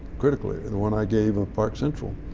critical area the one i gave of park central,